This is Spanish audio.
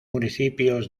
municipios